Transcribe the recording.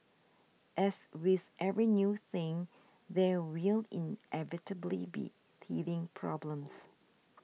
as with every new thing there will inevitably be teething problems